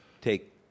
take